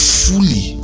fully